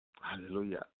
Hallelujah